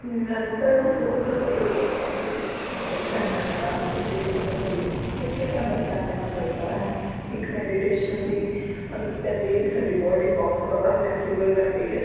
ਨਿਰੰਤਰ ਰੋਜ਼ ਆਪਾਂ ਯੋਗਾ ਕਰਾਂਗੇ ਜਿਸ ਤਰ੍ਹਾਂ ਆਪਾਂ ਇਕ ਘੰਟਾ ਨਿਕਾਲ ਲਈਏ ਅਤੇ ਯੋਗਾ ਕਰੀਏ ਇੱਕ ਤਾਂ ਸਾਡਾ ਸਟੈਮਿਨਾ ਵਧਦਾ ਹੈ ਇਕ ਮੈਡੀਟੇਸ਼ਨ ਦੀ ਆਦਤ ਪੈਂਦੀ ਹੈ ਇੱਕ ਸਾਡੀ ਬੋਡੀ ਬਹੁਤ ਜ਼ਿਆਦਾ ਫਲੈਕਸੀਬਲ ਰਹਿੰਦੀ ਹੈ